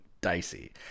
dicey